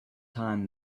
time